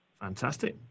Fantastic